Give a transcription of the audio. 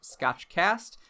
scotchcast